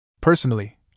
Personally